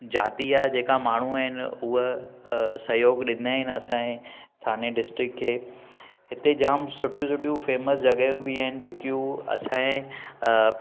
जातीअ जा जेका माण्हू आहिनि उहे सहयोग ॾींदा आहिनि असां जे थाने डिस्टिक खे हिते जाम सुठियूं सुठियूं फेमस जॻहियूं बि आहिनि जेकियूं असां जे